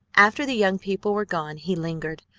after the young people were gone he lingered,